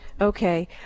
Okay